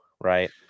right